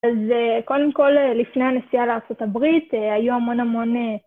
אז קודם כל, לפני הנסיעה לארה״ב, היו המון המון...